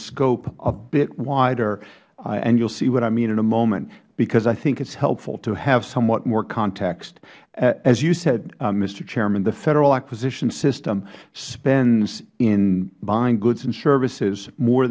scope a bit wider and you will see what i mean in a moment because i think it is helpful to have somewhat more context as you said mister chairman the federal acquisition system spends in buying goods and services more